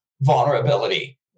vulnerability